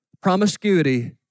promiscuity